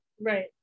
Right